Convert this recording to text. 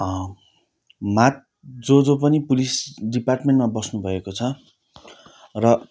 मात जो जो पनि पुलिस डिपार्टमेन्टमा बस्नु भएको छ र